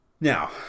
Now